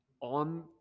on